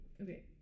Okay